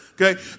Okay